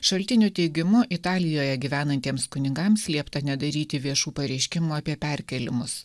šaltinių teigimu italijoje gyvenantiems kunigams liepta nedaryti viešų pareiškimų apie perkėlimus